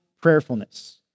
prayerfulness